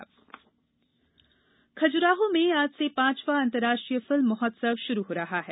film महोत्सव खजुराहो में आज से पांचवा अंतरर्राष्ट्रीय फिल्म महोत्सव शुरू हो रहा है